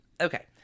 okay